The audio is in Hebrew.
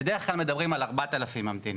בדרך כלל מדברים על 4,000 ממתינים,